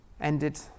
ended